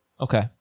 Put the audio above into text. Okay